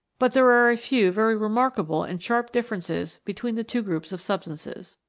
but there are a few very remarkable and sharp differences between the two groups of substances.